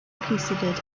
considered